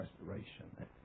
restoration